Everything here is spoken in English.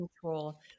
control